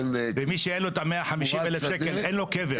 ומי שאין לו את ה-150,000 שקלים אין לו קבר.